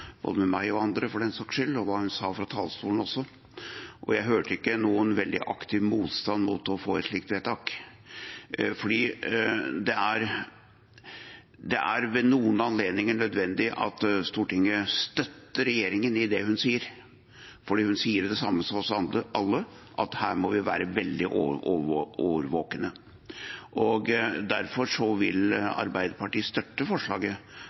både med meg og andre for den saks skyld, og hva hun sa fra talerstolen også, og jeg hørte ikke noen veldig aktiv motstand mot å få et slikt vedtak. Det er ved noen anledninger nødvendig at Stortinget støtter regjeringen, og utenriksministeren, i det hun sier, for hun sier det samme som oss alle, at her må vi være veldig årvåkne. Derfor vil Arbeiderpartiet støtte forslaget